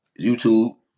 YouTube